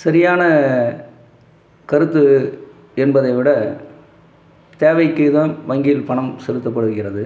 சரியான கருத்து என்பதை விட தேவைக்கு தான் வங்கியில் பணம் செலுத்தப்படுகிறது